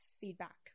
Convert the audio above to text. feedback